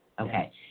Okay